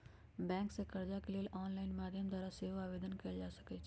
bank से कर्जा के लेल ऑनलाइन माध्यम द्वारा सेहो आवेदन कएल जा सकइ छइ